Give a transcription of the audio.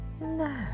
No